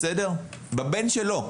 בבן שלו.